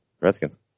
Redskins